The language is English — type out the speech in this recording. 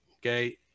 okay